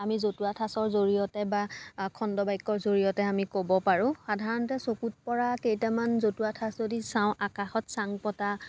আমি জতুৱা ঠাঁচৰ জৰিয়তে বা খণ্ড বাক্যৰ জৰিয়তে আমি ক'ব পাৰোঁ সাধাৰণতে চকুত পৰা কেইটামান জতুৱা ঠাঁচ যদি চাওঁ আকাশত চাং পতা